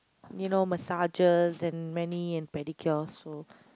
you know massages and mani and pedicure so